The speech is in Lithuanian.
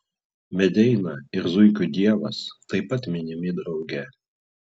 medeina ir zuikių dievas taip pat minimi drauge